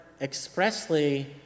expressly